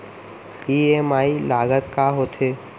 EMI लागत का होथे?